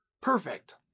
perfect